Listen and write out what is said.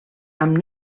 amb